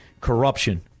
corruption